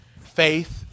faith